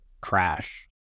crash